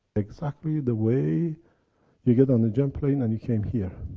exactly the way you get on a jet plane and you came here.